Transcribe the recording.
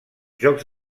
jocs